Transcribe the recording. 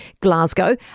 Glasgow